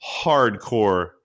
hardcore